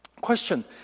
Question